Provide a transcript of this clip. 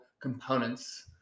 components